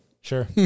Sure